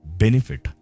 benefit